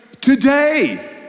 Today